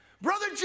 Brother